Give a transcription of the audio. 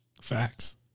Facts